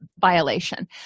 violation